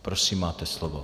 Prosím, máte slovo.